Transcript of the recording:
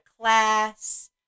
class